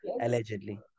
allegedly